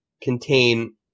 contain